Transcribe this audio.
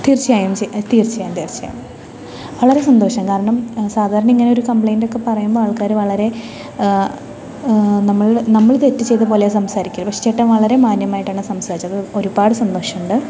തീർച്ചയായും തീർച്ചയായും തീർച്ചയായും വളരെ സന്തോഷം കാരണം സാധാരണ ഇങ്ങനെ ഒരു കംപ്ലൈൻറ്റൊക്കെ പറയുമ്പോൾ ആൾക്കാർ വളരെ നമ്മൾ നമ്മൾ തെറ്റു ചെയ്ത പോലെയാണ് സംസാരിക്കുക പക്ഷെ ചേട്ടൻ വളരെ മാന്യമായിട്ടാണ് സംസാരിച്ചത് അത് ഒരുപാട് സന്തോഷമുണ്ട്